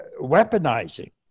weaponizing